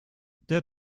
der